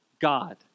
God